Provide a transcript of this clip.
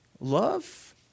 Love